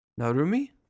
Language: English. narumi